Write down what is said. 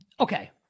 Okay